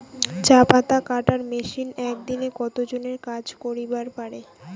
চা পাতা কাটার মেশিন এক দিনে কতজন এর কাজ করিবার পারে?